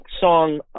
song